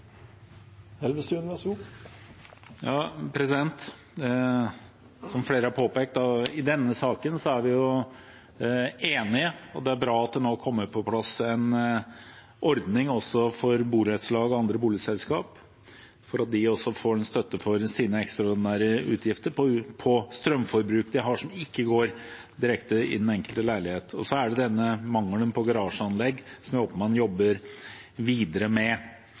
Det er bra at det nå kommer på plass en ordning også for borettslag og andre boligselskap, så de også får støtte til sine ekstraordinære utgifter for strømforbruk som ikke går direkte på den enkelte leilighet. Og så er det denne mangelen når det gjelder garasjeanlegg, som jeg håper man jobber videre med.